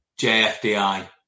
JFDI